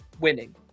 winning